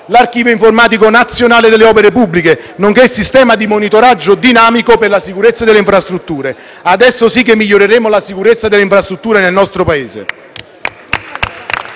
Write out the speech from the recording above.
l'archivio informatico nazionale delle opere pubbliche, nonché il sistema di monitoraggio dinamico per la sicurezza delle infrastrutture. Adesso sì che miglioreremo la sicurezza delle infrastrutture nel nostro Paese.